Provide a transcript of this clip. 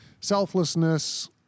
selflessness